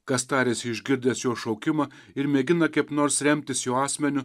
kas tariasi išgirdęs jo šaukimą ir mėgina kaip nors remtis jo asmeniu